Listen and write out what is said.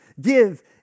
Give